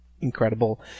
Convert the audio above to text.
Incredible